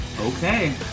Okay